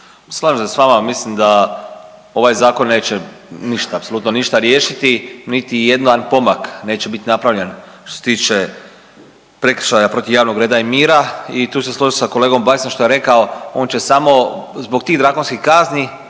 Slažem se s vama. Mislim da ovaj zakon neće ništa, apsolutno ništa riješiti. Niti jedan pomak neće biti napravljen što se tiče prekršaja protiv javnog reda i mira i tu ću se složiti sa kolegom Bajskom što je rekao on će samo zbog tih drakonskih kazni,